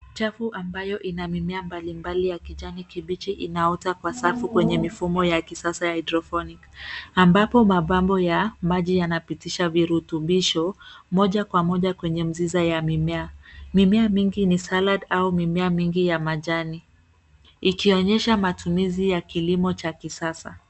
Chafu ambayo ina mimea mbali mbali ya kijani kibichi inaota kwa safu kwenye ya mifumo ya kisasa ya hydrophonic , ambapo mabomba ya maji yanapitisha virutubisho moja kwa moja kwenye mizizi ya mimea. Mimea mingi ni salad au mimea mingi ya majani, ikionyesha matumizi ya kilimo cha kisasa.